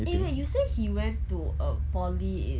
eh wait you say he went to um poly in